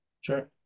Sure